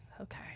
Okay